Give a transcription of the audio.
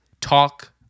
talk